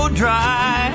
dry